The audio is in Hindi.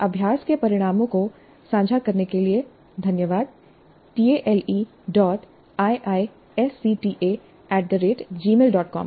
अभ्यास के परिणामों को साझा करने के लिए धन्यवाद taleiisctagmailcom पर